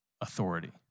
authority